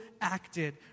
acted